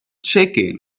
chicken